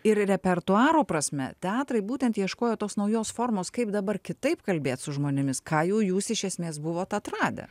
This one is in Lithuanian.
ir repertuaro prasme teatrai būtent ieškojo tos naujos formos kaip dabar kitaip kalbėt su žmonėmis ką jau jūs iš esmės buvot atradę